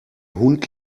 hund